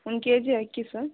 one KG ಅಕ್ಕಿ sir